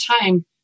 time